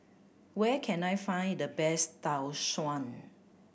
where can I find the best Tau Suan